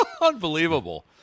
Unbelievable